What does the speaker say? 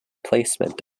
placement